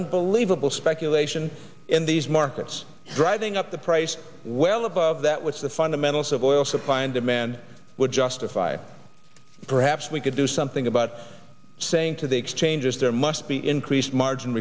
unbelievable speculation in these markets driving up the price well above that which the fundamentals of oil supply and demand would justify perhaps we could do something about saying to the exchanges there must be increased margin